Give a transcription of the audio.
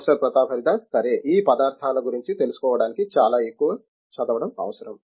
professor Pratap Haridas సరే ఈ పదార్థాల గురించి తెలుసుకోవడానికి చాలా ఎక్కువ చదవడం అవసరం